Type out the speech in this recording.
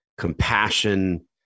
compassion